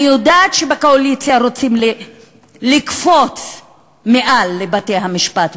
אני יודעת שבקואליציה רוצים לקפוץ מעל בתי-המשפט,